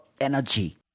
energy